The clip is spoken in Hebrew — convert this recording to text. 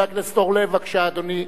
חבר הכנסת אורלב, בבקשה, אדוני,